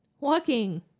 walking